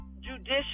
judicial